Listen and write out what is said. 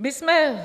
My jsme